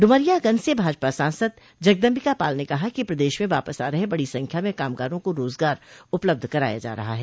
डुमरियागंज से भाजपा सांसद जगदम्बिका पाल ने कहा है कि प्रदेश में वापस आ रहे बड़ी संख्या में कामगारों को रोजगार उपलब्ध कराया जा रहा है